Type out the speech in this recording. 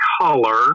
color